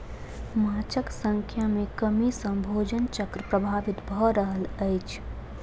माँछक संख्या में कमी सॅ भोजन चक्र प्रभावित भ रहल अछि